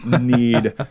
need